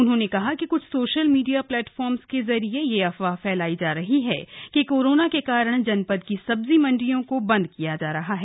उन्होंने कहा कि क्छ सोशल मीडिया प्लेटफार्म के जरिए यह अफवाह फैलाई जा रही है कि कोरोना के कारण जनपद की सब्जी मंडियों को बंद किया जा रहा है